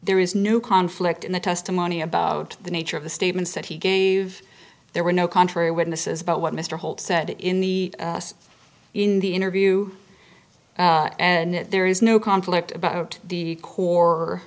there is no conflict in the testimony about the nature of the statements that he gave there were no contrary witnesses about what mr holt said in the in the interview and there is no conflict about the core